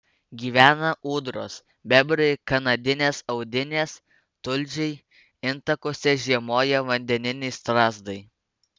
gyvena ūdros bebrai kanadinės audinės tulžiai intakuose žiemoja vandeniniai strazdai